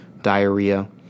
diarrhea